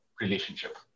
relationship